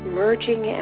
merging